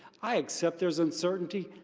i accept there's uncertainty.